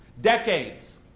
Decades